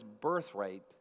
birthright